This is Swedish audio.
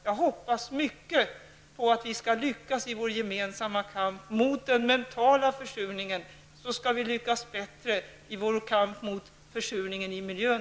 Jag hoppas mycket på att vi skall kunna lyckas i vår gemensamma kamp mot den mentala försurningen. Då skall vi också lyckas bättre i vår kamp mot försurningen i miljön.